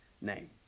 name